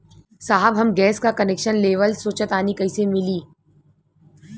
साहब हम गैस का कनेक्सन लेवल सोंचतानी कइसे मिली?